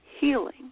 healing